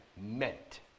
meant